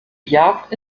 jagd